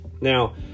Now